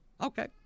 Okay